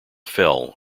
fell